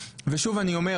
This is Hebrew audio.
ושוב אני אומר,